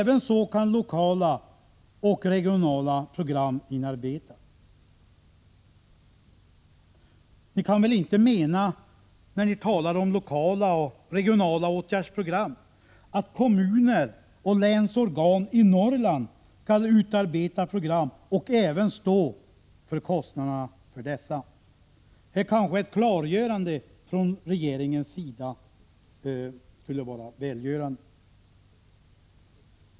Likaså kan lokala och regionala program inarbetas. Ni kan väl inte mena, när ni talar om lokala och regionala åtgärdsprogram, att kommuner och länsorgan i Norrland skall utarbeta program och även stå för kostnader för dessa? Här kanske ett klargörande från regeringen skulle vara välgörande.